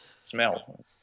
smell